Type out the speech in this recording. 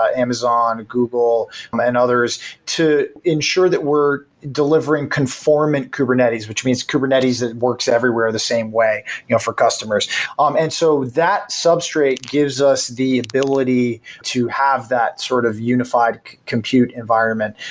ah amazon, google and others to ensure that we're delivering conformant kubernetes which means kubernetes that works everywhere the same way you know for customers um and so that sub straight gives us the ability to have that sort of unified compute environment.